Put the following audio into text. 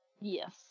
Yes